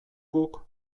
guk